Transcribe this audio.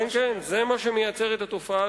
זה מה שמייצר את התופעה?